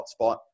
Hotspot